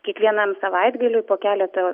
kiekvienam savaitgaliui po keletą